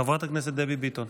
חברת הכנסת דבי ביטון.